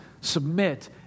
submit